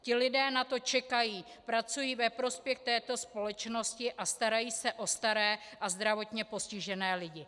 Ti lidé na to čekají, pracují ve prospěch této společnosti a starají se o staré a zdravotně postižené lidi.